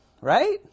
right